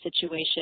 situation